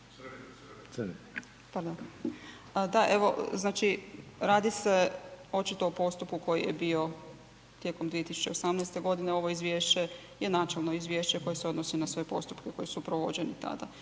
Da, evo znači radi se očito o postupku koji je bio tijekom 2018.g., ovo izvješće je načelno izvješće koje se odnosi na sve postupke koji su provođeni tada.